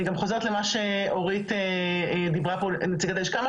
אני חוזרת למה שאורית נציגת הלשכה דיברה פה,